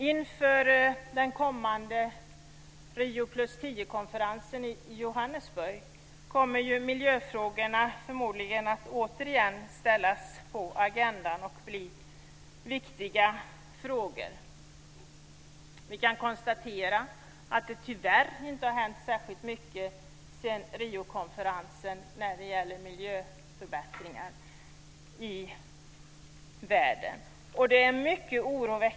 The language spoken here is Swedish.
Inför den kommande Rio+10 konferensen i Johannesburg kommer miljöfrågorna förmodligen återigen att ställas på agendan och bli viktiga. Vi kan konstatera att det tyvärr inte har hänt särskilt mycket i form av miljöförbättringar i världen sedan Riokonferensen hölls.